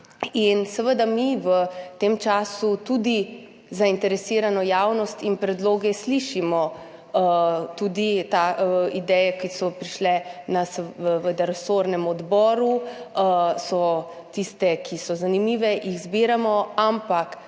Seveda mi v tem času tudi zainteresirano javnost in predloge slišimo, tudi ideje, ki so prišle na resornem odboru, so tiste, ki so zanimive, jih zbiramo, ampak